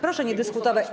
Proszę nie dyskutować.